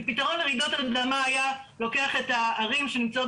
כי פתרון לרעידות אדמה היה לוקח את הערים שנמצאות